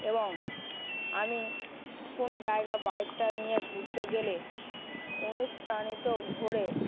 এবং আমি কোনো জায়গা বাইকটা নিয়ে ঘুরতে গেলে অনুপ্রাণিত ঘরে